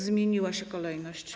Zmieniła się kolejność.